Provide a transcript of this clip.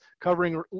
covering